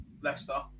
Leicester